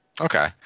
Okay